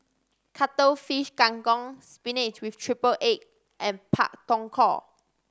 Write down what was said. Cuttlefish Kang Kong spinach with triple egg and Pak Thong Ko